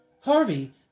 Harvey